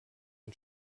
ein